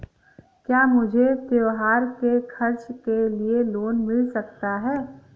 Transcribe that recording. क्या मुझे त्योहार के खर्च के लिए लोन मिल सकता है?